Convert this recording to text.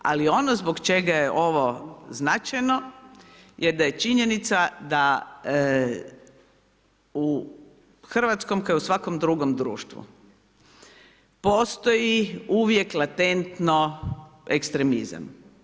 Ali, ono zbog čega je ovo značajno, je da je činjenica da, u hrvatskom, kao i u svakom drugom društvu, postoji uvijek latentno ekstremizam.